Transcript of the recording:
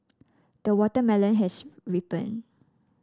the watermelon has ripened